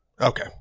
Okay